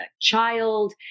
child